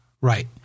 Right